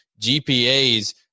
GPAs